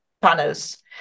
panels